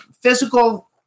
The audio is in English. physical